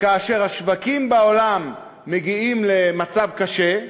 כאשר השווקים בעולם מגיעים למצב קשה,